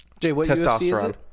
testosterone